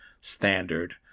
standard